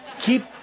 Keep